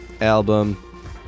album